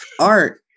art